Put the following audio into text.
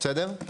בסדר?